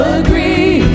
agree